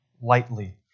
lightly